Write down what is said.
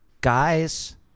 guys